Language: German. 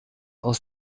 aus